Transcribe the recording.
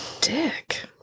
Dick